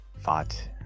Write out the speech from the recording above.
fought